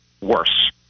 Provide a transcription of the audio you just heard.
worse